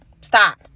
stop